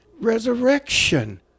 resurrection